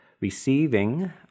receiving